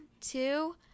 two